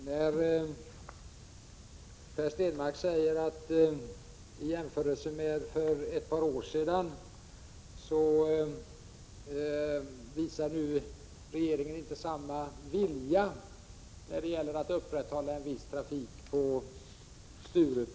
Herr talman! Per Stenmarck säger att i jämförelse med hur det var för ett par år sedan visar regeringen inte samma vilja när det gäller att upprätthålla en viss trafik på Sturup.